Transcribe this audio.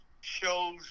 shows